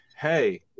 hey